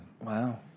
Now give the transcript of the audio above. Wow